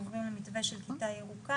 או עוברים למתווה של כיתה ירוקה.